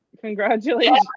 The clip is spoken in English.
Congratulations